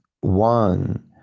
One